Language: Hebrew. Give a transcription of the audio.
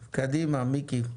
קדימה, מיקי.